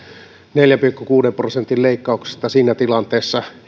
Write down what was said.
neljän pilkku kuuden prosentin leikkauksesta siinä tilanteessa